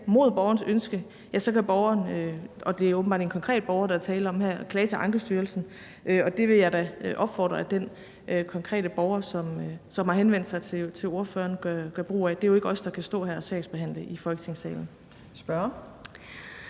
mod borgerens ønske, kan borgeren – og det er åbenbart en konkret borger, der her er tale om – klage til Ankestyrelsen, og det vil jeg da opfordre til at den konkrete borger, som har henvendt sig til spørgeren, gør brug af. Det er jo ikke os, der kan stå her og sagsbehandle i Folketingssalen.